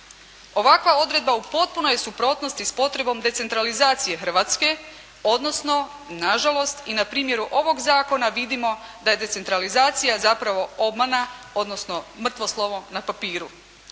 Ovakva odredba u potpunoj je suprotnosti s potrebom decentralizacije Hrvatske, odnosno nažalost i na primjeru ovog zakona vidimo da je decentralizacija zapravo obmana, odnosno mrtvo slovo na papiru.